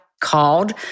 called